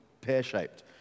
pear-shaped